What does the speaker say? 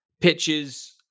pitches